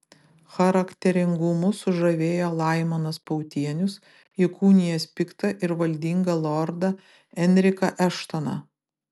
charakteringumu sužavėjo laimonas pautienius įkūnijęs piktą ir valdingą lordą enriką eštoną